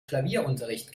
klavierunterricht